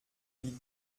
wie